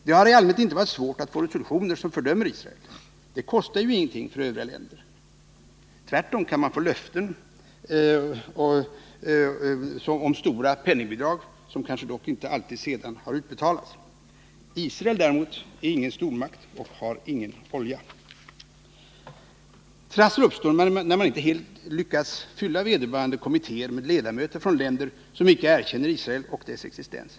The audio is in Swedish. Det har i allmänhet inte varit svårt att upprätta resolutioner som fördömer Israel. De kostar ju ingenting för övriga länder. Tvärtom kan man få löften om stora penning Nr 31 bidrag, som dock sedan kanske inte alltid utbetalas. Israel däremot är ingen Måndagen den stormakt och har ingen olja. 19 november 1979 Trassel uppstår när man inte lyckats förse vederbörande kommittéer med fullt antal ledamöter från länder som icke erkänner Israel och dess existens.